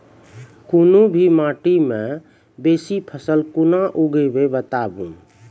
कूनू भी माटि मे बेसी फसल कूना उगैबै, बताबू?